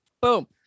boom